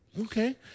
Okay